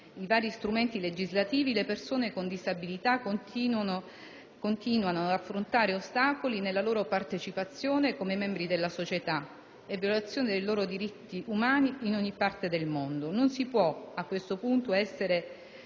i vari strumenti legislativi, le persone con disabilità continuano ad affrontare ostacoli nella loro partecipazione come membri della società e violazioni dei loro diritti umani in ogni parte del mondo. Non si può, a questo punto, essere